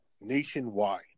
nationwide